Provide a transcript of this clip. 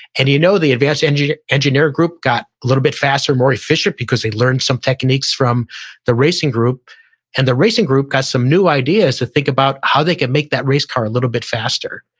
and you know the advanced engineer engineer group got a little bit faster, more efficient because they learned some techniques from the racing group and the racing group got some new ideas to think about how they could make that race car a little bit faster.